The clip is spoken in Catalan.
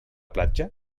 platja